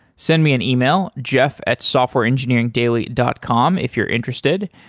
send me an email, jeff at softwareengineeringdaily dot com if you're interested.